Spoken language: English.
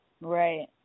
Right